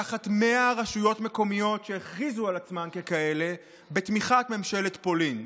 תחת 100 רשויות מקומיות שהכריזו על עצמן ככאלה בתמיכת ממשלת פולין.